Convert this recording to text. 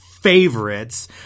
favorites